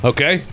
Okay